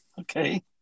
Okay